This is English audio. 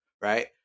right